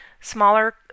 smaller